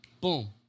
boom